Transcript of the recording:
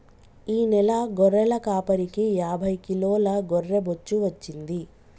ఈ నెల గొర్రెల కాపరికి యాభై కిలోల గొర్రె బొచ్చు వచ్చింది